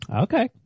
Okay